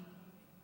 חבר הכנסת מרגי,